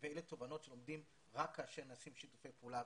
ואלה תובנות שלומדים רק כאשר נעשים שיתופי פעולה,